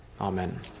Amen